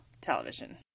television